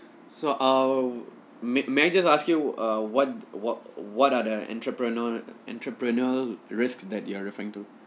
so orh may may I just ask you err what what what are the entrepreneurial entrepreneurial risks that you are referring to